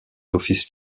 office